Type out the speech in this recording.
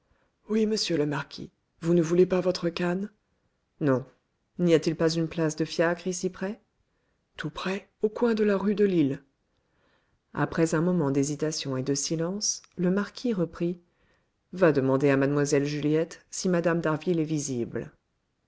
oui monsieur le marquis vous ne voulez pas votre canne non n'y a-t-il pas une place de fiacres ici près tout près au coin de la rue de lille après un moment d'hésitation et de silence le marquis reprit va demander à mlle juliette si mme d'harville est visible